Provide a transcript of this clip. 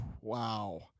Wow